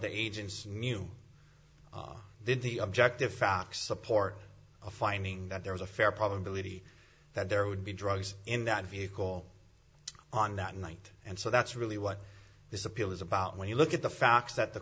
the agencies knew did the objective facts support of finding that there was a fair probability that there would be drugs in that vehicle on that night and so that's really what this appeal is about when you look at the facts th